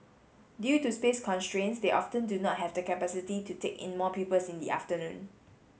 due to space constraints they often do not have the capacity to take in more pupils in the afternoon